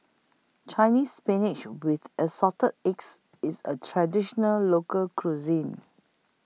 Chinese Spinach with Assorted Eggs IS A Traditional Local Cuisine